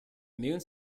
immune